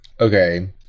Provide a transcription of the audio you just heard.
Okay